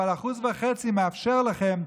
אבל 1.5% מאפשר לכם,